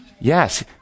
Yes